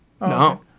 No